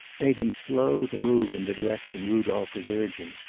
made him slow to move in the direction rudolph was urging.